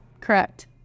Correct